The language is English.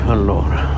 Allora